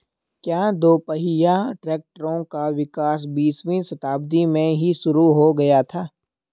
क्या दोपहिया ट्रैक्टरों का विकास बीसवीं शताब्दी में ही शुरु हो गया था?